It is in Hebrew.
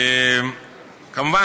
כמובן,